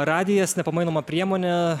radijas nepamainoma priemonė